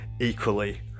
equally